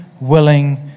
willing